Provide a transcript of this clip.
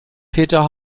peter